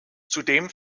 zudem